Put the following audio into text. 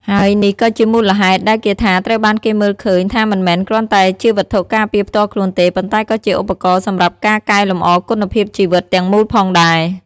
ហើយនេះក៏ជាមូលហេតុ ដែលគាថាត្រូវបានគេមើលឃើញថាមិនមែនគ្រាន់តែជាវត្ថុការពារផ្ទាល់ខ្លួនទេ ប៉ុន្តែក៏ជាឧបករណ៍សម្រាប់ការកែលម្អគុណភាពជីវិតទាំងមូលផងដែរ។